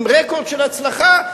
עם רקורד של הצלחה,